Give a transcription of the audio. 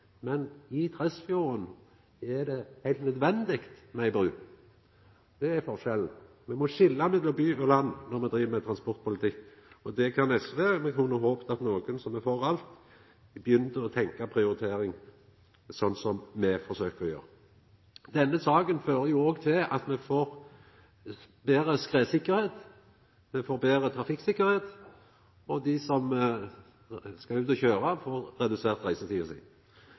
Men i Tresfjord er det heilt nødvendig med ei bru. Det er forskjellen. Me må skilja mellom by og land når me driv med transportpolitikk – og det kan SV. Me kunne håpt at nokon som er for alt, begynte å tenkja prioritering, slik som me forsøkjer å gjera. Denne saka fører òg til at me får betre skredsikkerheit, me får betre trafikksikkerheit, og dei som skal ut og kjøra, får redusert reisetida si